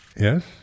Yes